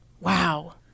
Wow